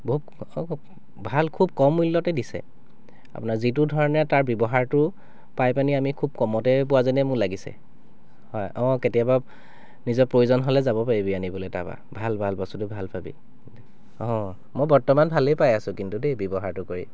বহু ভাল খুব কম মূল্যতে দিছে আপোনাৰ যিটো ধৰণে তাৰ ব্যৱহাৰটো পাই পানি খুব কমতে পোৱা যেনেই মোৰ লাগিছে হয় অঁ কেতিয়াবা নিজৰ প্ৰয়োজন হ'লে যাব পাৰিবি আনিবলৈ তাপা ভাল ভাল বস্তুটো ভাল পাবি অঁ মই বৰ্তমান ভালেই পাই আছোঁ কিন্তু দেই ব্যৱহাৰটো কৰি